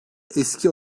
eski